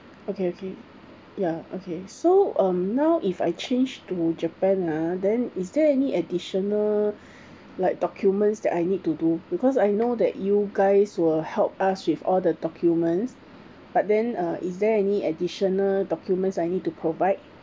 okay okay ya okay so um now if I change to japan ah then is there any additional like documents that I need to do because I know that you guys will help us with all the documents but then uh is there any additional documents I need to provide